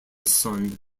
son